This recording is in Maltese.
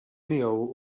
miegħu